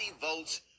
votes